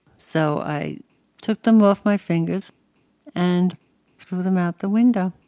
so i took them off my fingers and threw them out the window.